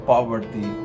Poverty